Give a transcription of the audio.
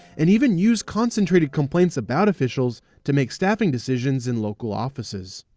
and even use concentrated complaints about officials to make staffing decisions in local offices